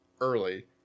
early